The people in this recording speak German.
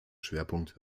schwerpunkt